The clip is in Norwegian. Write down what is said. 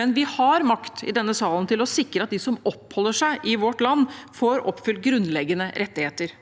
men vi har makt i denne salen til å sikre at de som oppholder seg i vårt land, får oppfylt grunnleggende rettigheter,